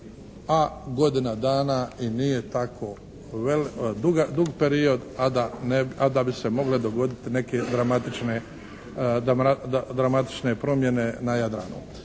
a godina dana i nije tako dug period a da bi se mogle dogoditi neke dramatične promjene na Jadranu.